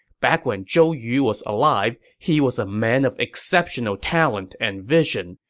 back when zhou yu was alive, he was a man of exceptional talent and vision.